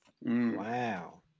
Wow